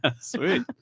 Sweet